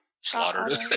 slaughtered